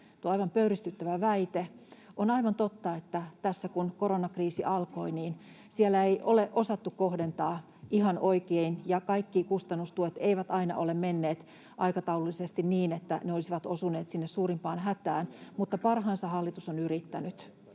on aivan pöyristyttävä väite. On aivan totta, että kun koronakriisi alkoi, niin siellä ei ole osattu kohdentaa ihan oikein ja kaikki kustannustuet eivät aina ole menneet aikataulullisesti niin, että ne olisivat osuneet sinne suurimpaan hätään, mutta parhaansa hallitus on yrittänyt.